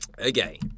Okay